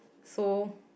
so